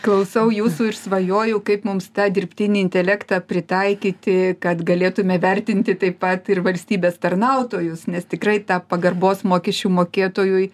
klausau jūsų ir svajoju kaip mums tą dirbtinį intelektą pritaikyti kad galėtume vertinti taip pat ir valstybės tarnautojus nes tikrai ta pagarbos mokesčių mokėtojui